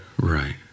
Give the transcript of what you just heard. Right